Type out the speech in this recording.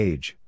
Age